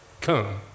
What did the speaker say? Come